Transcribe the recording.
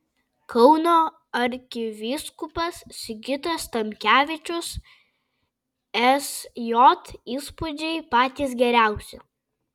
kauno arkivyskupas sigitas tamkevičius sj įspūdžiai patys geriausi